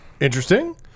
Interesting